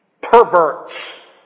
Perverts